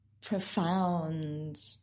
profound